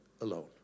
alone